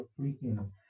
freaking